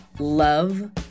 Love